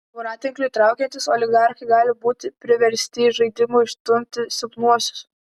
voratinkliui traukiantis oligarchai gali būti priversti iš žaidimo išstumti silpnuosius